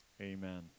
amen